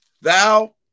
thou